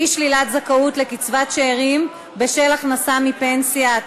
אי-שלילת זכאות לקצבת שאירים בשל הכנסה מפנסיה),